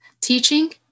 teaching